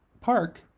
park